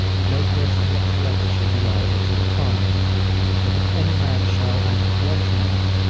no person whatsoever shall be liable to a fine but if any man shall out of wantonness,